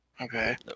Okay